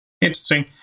Interesting